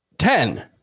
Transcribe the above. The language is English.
Ten